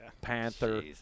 Panther